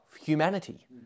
humanity